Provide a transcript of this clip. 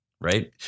Right